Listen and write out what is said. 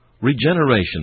Regeneration